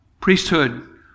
priesthood